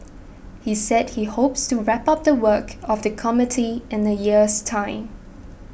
he said he hopes to wrap up the work of the committee in a year's time